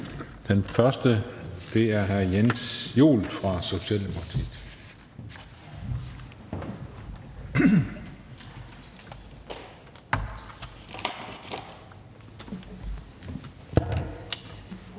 Den første er hr. Jens Joel fra Socialdemokratiet.